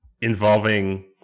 involving